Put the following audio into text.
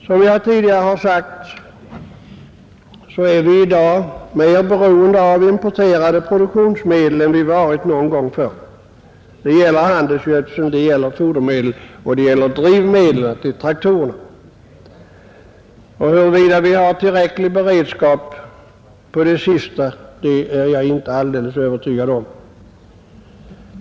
Som jag tidigare har sagt är vi i dag mer beroende av importerade produktionsmedel än vi varit någon gång tidigare. Det gäller handelsgödsel, fodermedel och drivmedel till traktorer. Huruvida vi har tillräcklig beredskap i fråga om det sistnämnda är jag inte alldeles övertygad om.